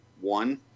one